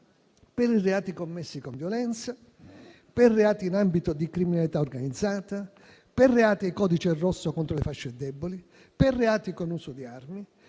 per i reati commessi con violenza, per reati in ambito di criminalità organizzata, per reati in codice rosso contro le fasce deboli, per reati con uso di armi,